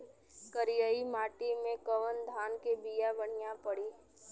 करियाई माटी मे कवन धान के बिया बढ़ियां पड़ी?